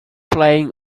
playing